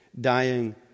dying